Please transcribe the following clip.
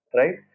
right